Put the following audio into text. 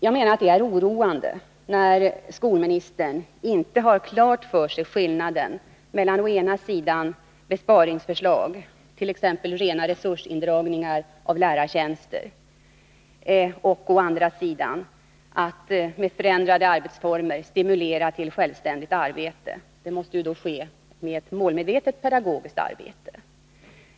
Jag menar att det är oroande att skolministern inte har klart för sig skillnaden mellan å ena sidan besparingsförslag, t.ex. att göra rena resursindragningar av lärartjänster, och å andra sidan att med förändrade arbetsformer stimulera till självständigt arbete som måste ske genom ett målmedvetet pedagogiskt arbete.